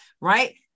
right